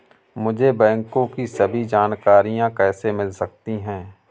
मुझे बैंकों की सभी जानकारियाँ कैसे मिल सकती हैं?